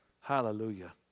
Hallelujah